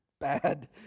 bad